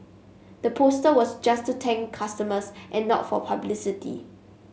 the poster was just to thank customers and not for publicity